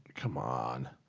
come on.